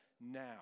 now